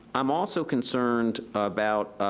i'm also concerned about